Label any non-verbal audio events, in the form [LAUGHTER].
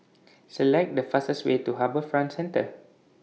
[NOISE] Select The fastest Way to HarbourFront Centre